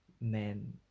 men